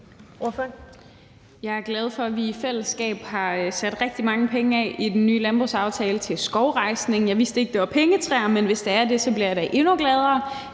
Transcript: Jeg er glad for, at vi i fællesskab i den nye landbrugsaftale har sat rigtig mange penge af til skovrejsning. Jeg vidste ikke, at det var pengetræer, men hvis det er det, bliver jeg da endnu gladere.